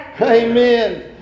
Amen